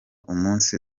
umunsi